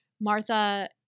Martha